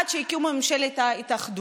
עד שהקימו את ממשלת האחדות.